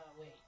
Wait